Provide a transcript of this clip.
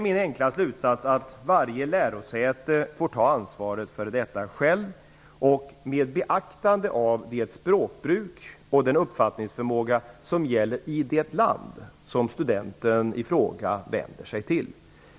Min enkla slutsats är att varje lärosäte självt får ta ansvaret för detta med beaktande av det språkbruk och den uppfattningsförmåga som man har i det land som studenten i fråga vänder sig till.